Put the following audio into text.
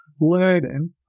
learning